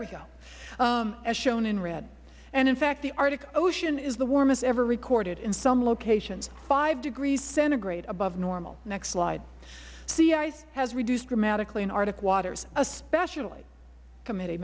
we go as shown in red and in fact the arctic ocean is the warmest ever recorded in some locations five degrees centigrade above normal next slide sea ice has reduced dramatically in arctic water especially committe